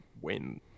win